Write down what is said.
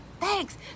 thanks